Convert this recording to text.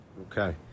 Okay